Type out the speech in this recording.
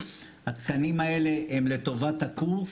התקנים האלה הם לטובת הקורס.